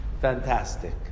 fantastic